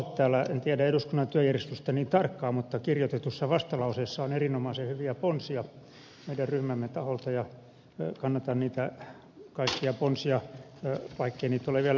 en tiedä eduskunnan työjärjestystä niin tarkkaan mutta kun kirjoitetussa vastalauseessa on erinomaisen hyviä ponsia meidän ryhmämme taholta kannatan niitä kaikkia ponsia vaikkei niitä ole vielä esitettykään